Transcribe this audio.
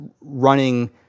running